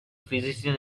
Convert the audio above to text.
physician